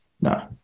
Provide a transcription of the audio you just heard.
no